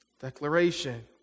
declaration